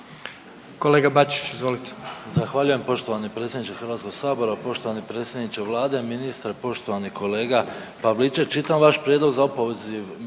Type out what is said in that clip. Kolega Bačić izvolite.